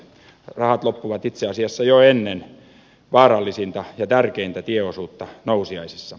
rahat loppuvat itse asiassa jo ennen vaarallisinta ja tärkeintä tieosuutta nousiaisissa